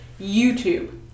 YouTube